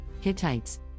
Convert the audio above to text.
Hittites